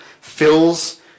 fills